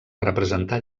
representar